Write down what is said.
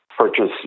Purchase